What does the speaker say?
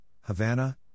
Havana